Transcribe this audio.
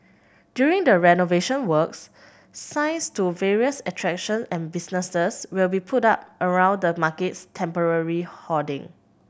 during the renovation works signs to various attraction and businesses will be put up around the market's temporary hoarding